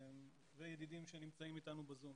וידידים שנמצאים אתנו ב-זום.